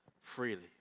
freely